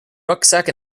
rucksack